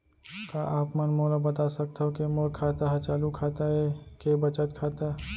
का आप मन मोला बता सकथव के मोर खाता ह चालू खाता ये के बचत खाता?